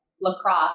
lacrosse